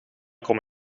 kom